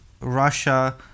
Russia